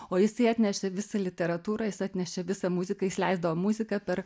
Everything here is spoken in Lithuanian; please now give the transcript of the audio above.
o jisai atnešė visą literatūrą jis atnešė visą muziką jis leisdavo muziką per